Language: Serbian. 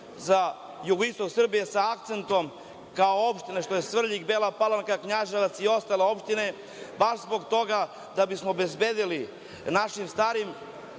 za jugoistok Srbije sa akcentom kao opština što je Svrljig, Bela Palanka, Knjaževac i ostale opštine, baš zbog toga da bismo obezbedili našim starijim